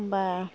एखमबा